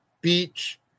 beach